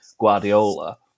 Guardiola